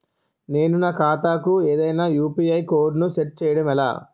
నేను నా ఖాతా కు ఏదైనా యు.పి.ఐ కోడ్ ను సెట్ చేయడం ఎలా?